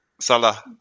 Salah